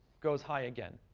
goes high again.